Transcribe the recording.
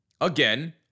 again